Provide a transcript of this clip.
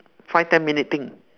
five ten minute thing